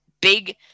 big